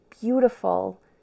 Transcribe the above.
beautiful